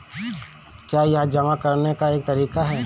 क्या यह जमा करने का एक तरीका है?